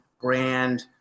brand